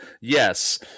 yes